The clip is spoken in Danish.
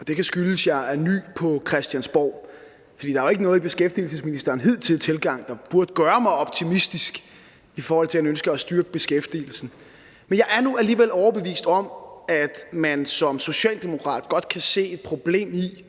og det kan skyldes, at jeg er ny på Christiansborg. For der er jo ikke noget i beskæftigelsesministerens hidtidige tilgang, der burde gøre mig optimistisk, i forhold til at han ønsker at styrke beskæftigelsen. Men jeg er nu alligevel overbevist om, at man som socialdemokrat godt kan se et problem i,